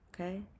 Okay